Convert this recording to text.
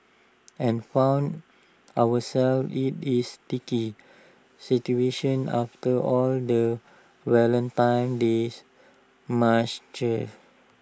and found ourselves IT is sticky situation after all the Valentine's days munchies